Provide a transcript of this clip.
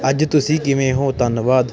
ਅੱਜ ਤੁਸੀਂ ਕਿਵੇਂ ਹੋ ਧੰਨਵਾਦ